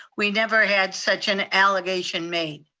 we never had such an allegation made.